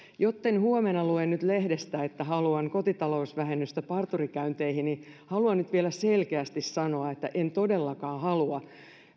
jotten huomenna lue lehdestä että haluan kotitalousvähennystä parturikäynneistäni haluan nyt vielä selkeästi sanoa että en todellakaan halua